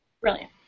Brilliant